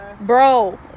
bro